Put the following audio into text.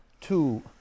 two